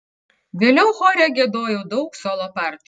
vėliau chore giedojau daug solo partijų